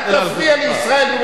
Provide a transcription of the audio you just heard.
אל תפריע לי, ישראל.